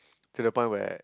till the point where